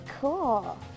Cool